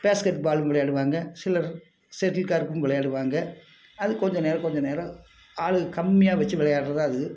basket பாலும் விளையாடுவாங்க சிலர் செட்டில் கார்க்கும் விளையாடுவாங்க அது கொஞ்சம் நேரம் கொஞ்ச நேரம் ஆள் கம்மியாக வச்சு விளையாடுறது தான் அது